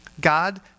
God